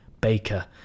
Baker